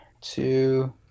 two